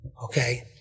Okay